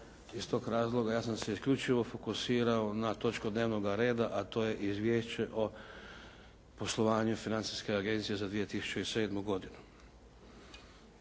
Iz tog razloga ja sam se isključivo fokusirao na točku dnevnoga reda, a to je Izvješće o poslovanje Financijske agencije za 2007. godinu.